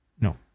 no